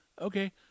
Okay